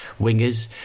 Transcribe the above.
wingers